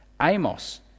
Amos